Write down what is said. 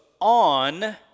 on